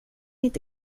inte